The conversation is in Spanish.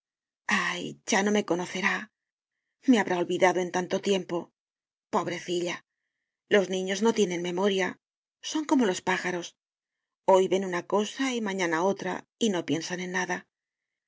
ah ya no me conocerá me habrá olvidado en tanto tiempo pobrecilla los niños no tiene memoria son como los pájaros hoy ven una cosa y mañana otra y no piensan en nada